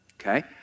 okay